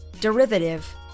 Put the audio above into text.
Derivative